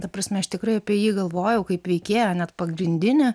ta prasme aš tikrai apie jį galvojau kaip veikėją net pagrindinį